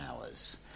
hours